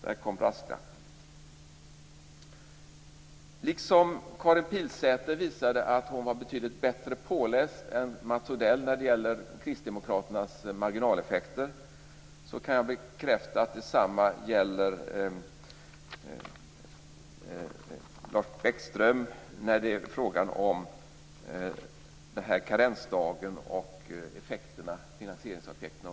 Där kom brasklappen. Karin Pilsäter visade ju att hon var betydligt bättre påläst än Mats Odell när det gäller kristdemokraternas marginaleffekter, och jag kan bekräfta att detsamma gäller Lars Bäckström när det är fråga om karensdagen och dess finansieringseffekter.